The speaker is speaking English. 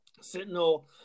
Sentinel